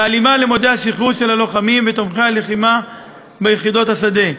בהלימה למועדי השחרור של הלוחמים ותומכי הלחימה ביחידות השדה,